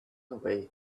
away